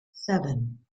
seven